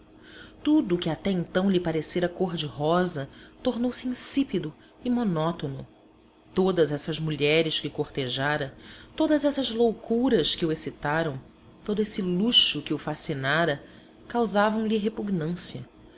tudo que até então lhe parecera cor-de-rosa tornou-se insípido e monótono todas essas mulheres que cortejara todas essas loucuras que o excitaram todo esse luxo que o fascinara causavam lhe repugnância